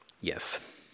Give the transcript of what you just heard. Yes